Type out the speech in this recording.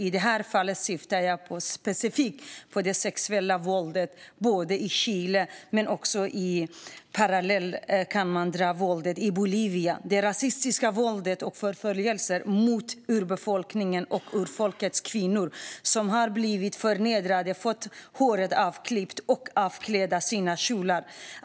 I det här fallet syftar jag specifikt på det sexuella våldet i Chile och Bolivia. Det sker ett rasistiskt våld mot och förföljelser av urbefolkningen. Urfolkets kvinnor har blivit förnedrade, fått håret avklippt och blivit avklädda sina kjolar.